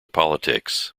politics